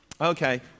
Okay